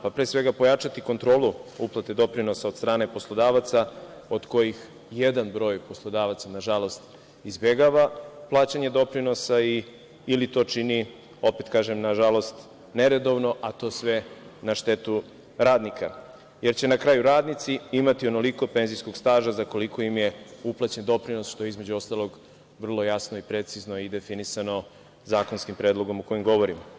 Pre svega pojačati kontrolu uplate doprinosa od strane poslodavaca, od kojih jedan broj poslodavaca, nažalost, izbegava plaćanje doprinosa ili to čini, opet kažem nažalost, neredovno, a to sve na štetu radnika, jer će na kraju radnici imati onoliko penzijskog staža za koliko im je uplaćen doprinos, što je između ostalog vrlo jasno i precizno i definisano zakonskim predlogom o kojem govorim.